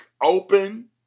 open